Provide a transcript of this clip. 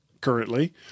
currently